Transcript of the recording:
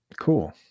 Cool